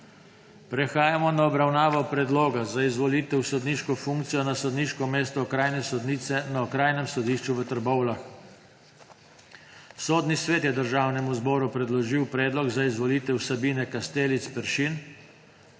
Prehajamo na obravnavo Predloga za izvolitev v sodniško funkcijo na sodniško mesto okrajne sodnice na Okrajnem sodišču v Novem mestu. Sodni svet je Državnemu zboru predložil predlog za izvolitev mag. Tanje Tušek